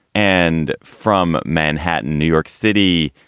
and from manhattan, new york city.